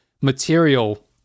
material